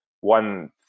one